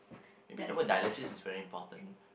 maybe the word dialysis is very important